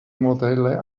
modelle